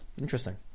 Interesting